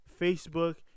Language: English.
Facebook